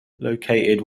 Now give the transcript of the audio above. located